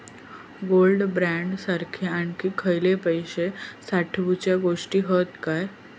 Gold bond सारखे आणखी खयले पैशे साठवूचे गोष्टी हत काय?